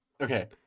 Okay